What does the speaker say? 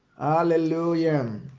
Hallelujah